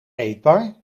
eetbaar